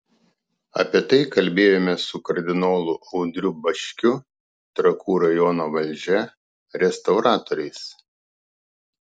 apie tai kalbėjomės su kardinolu audriu bačkiu trakų rajono valdžia restauratoriais